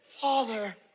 Father